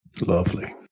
Lovely